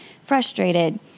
frustrated